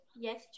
Yes